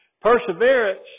Perseverance